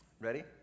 Ready